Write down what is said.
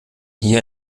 hier